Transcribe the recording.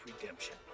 redemption